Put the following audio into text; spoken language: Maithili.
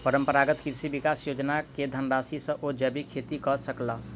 परंपरागत कृषि विकास योजना के धनराशि सॅ ओ जैविक खेती कय सकला